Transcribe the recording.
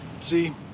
See